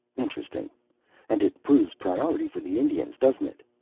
interesting and it proves priority for the indians, doesn't it?